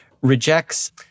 rejects